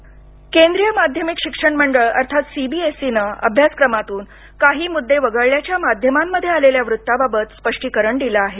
CBSE अभ्यासक्रम केंद्रीय माध्यमिक शिक्षण मंडळ अर्थात सीबीएसईनं अभ्यासक्रमातून काही मुद्दे वगळल्याच्या माध्यमांमध्ये आलेल्या वृत्ताबाबत स्पष्टीकरण दिलं आहे